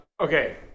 Okay